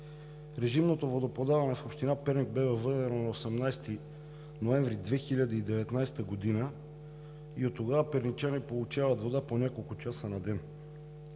режимното водоподаване в община Перник бе въведено на 18 ноември 2019 г. и оттогава перничани получават вода по няколко часа на ден.